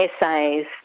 essays